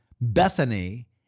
Bethany